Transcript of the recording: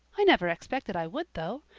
i never expected i would, though.